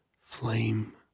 flame